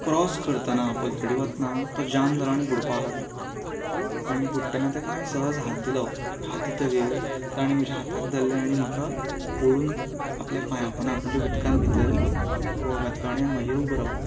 cross करतना पलतडी वतना तो जाम जालो आनी बुडपाक लागलो आनी बुडटना ताका सहज हात दिलो हात दितकच ताणें म्हज्या हाताक धरलें आनी म्हाका ओडून आपल्या पांयां पोंदा म्हणजे उदकान भितर घातलो आनी म्हजेर उबो रावलो